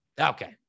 Okay